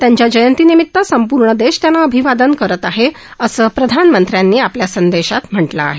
त्यांच्या जयंतीनिमित संपूर्ण देश त्यांना अभिवादन करत आहे असं प्रधानमंत्र्यांनी आपल्या संदेशात म्हटलं आहे